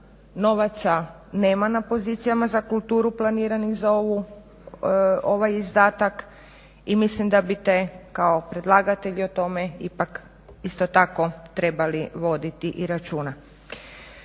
novaca nema na pozicijama za kulturu planiranih za ovaj izdatak i mislim da biste kao predlagatelji o tome ipak isto tako trebali voditi i računa.